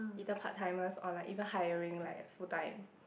either part timer or like even hiring like full time